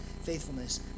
faithfulness